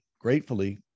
gratefully